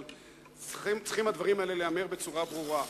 אבל הדברים האלה צריכים להיאמר בצורה ברורה.